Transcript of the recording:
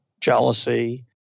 jealousy